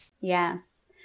Yes